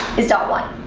is dot one.